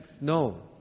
No